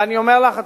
ואני אומר לך,